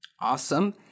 Awesome